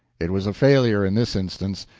it was a failure in this instance.